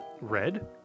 Red